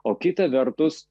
o kita vertus